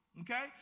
okay